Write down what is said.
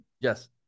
Yes